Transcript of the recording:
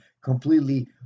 completely